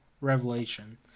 revelation